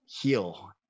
heal